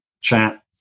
chat